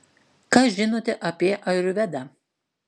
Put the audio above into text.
ką žinote apie ajurvedą